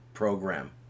program